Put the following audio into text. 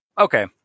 Okay